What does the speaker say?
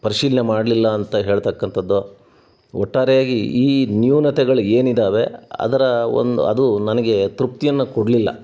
ಪರಿಶೀಲ್ನೆ ಮಾಡಲಿಲ್ಲ ಅಂತ ಹೇಳತಕ್ಕಂಥದ್ದು ಒಟ್ಟಾರೆಯಾಗಿ ಈ ನ್ಯೂನತೆಗಳು ಏನಿದ್ದಾವೆ ಅದರ ಒಂದು ಅದು ನನಗೆ ತೃಪ್ತಿಯನ್ನು ಕೊಡಲಿಲ್ಲ